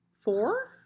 Four